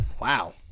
Wow